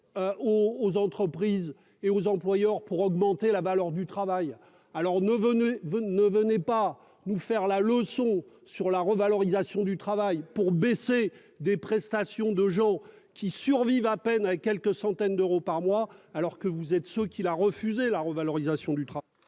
aux entreprises et aux employeurs pour augmenter la valeur du travail ! Oui ! Ne venez pas nous faire la leçon sur la revalorisation du travail pour baisser le montant des prestations de gens qui survivent à peine avec quelques centaines d'euros par mois, alors que vous refusez la revalorisation du travail